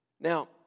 Now